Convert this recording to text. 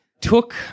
took